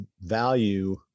value